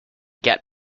get